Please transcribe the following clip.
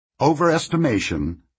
Overestimation